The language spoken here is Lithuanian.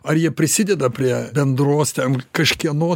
ar jie prisideda prie bendros ten kažkieno